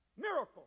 Miracle